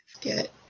get